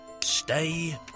Stay